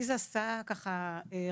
לי זה עשה ככה רעד,